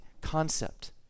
concept